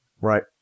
right